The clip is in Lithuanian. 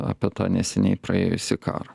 apie tą neseniai praėjusį karą